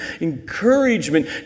encouragement